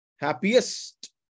happiest